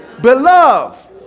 beloved